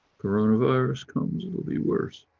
coronavirus comes it will be worse.